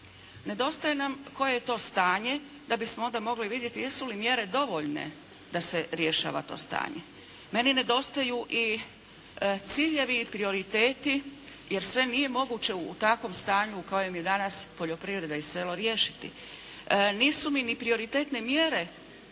Nedostaje nam koje je to stanje da bismo onda mogli vidjeti jesu li mjere dovoljne da se rješava to stanje. Meni nedostaju i ciljevi i prioriteti jer sve nije moguće u takvom stanju u kojem je danas poljoprivreda i selo riješiti. Nisu mi ni prioritetne mjere